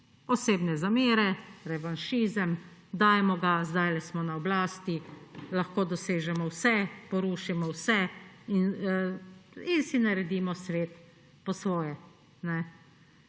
Osebne zamere, revanšizem, dajmo gas, zdaj smo na oblasti, lahko dosežemo vse, porušimo vse in si naredimo svet po svoje.